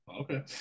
Okay